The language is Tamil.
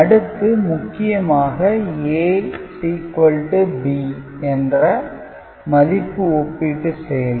அடுத்து முக்கியமாக A B என்ற மதிப்பு ஒப்பீட்டு செயலி